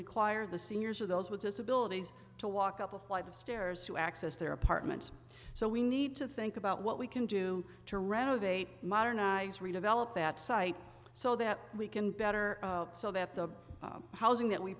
require the seniors of those with disabilities to walk up a flight of stairs to access their apartments so we need to think about what we can do to renovate modernize redevelop that site so that we can better so that the housing that we